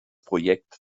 projekt